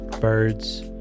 birds